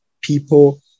people